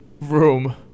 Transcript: room